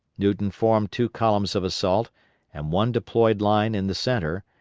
newton formed two columns of assault and one deployed line in the centre,